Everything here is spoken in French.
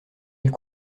elle